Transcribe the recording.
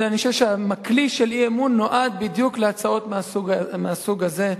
אני חושב שהכלי של האי-אמון נועד בדיוק להצעות מהסוג הזה,